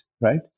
right